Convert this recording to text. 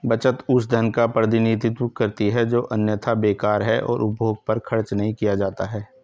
बचत उस धन का प्रतिनिधित्व करती है जो अन्यथा बेकार है और उपभोग पर खर्च नहीं किया जाता है